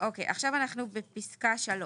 עכשיו אנחנו בפסקה (3).